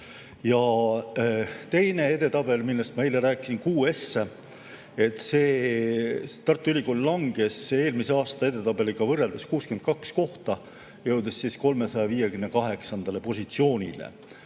Teine edetabel, millest ma eile rääkisin, on QS, kus Tartu Ülikool langes eelmise aasta edetabeliga võrreldes 62 kohta, jõudes 358. positsioonile.